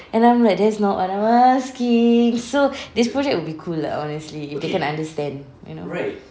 and I'm like that's not what I'm asking so this project will be cool lah honestly I can understand you know